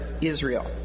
Israel